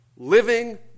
living